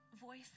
voice